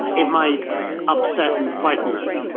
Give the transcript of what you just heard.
it might upset and frighten us.